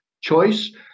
Choice